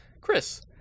Chris